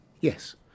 Yes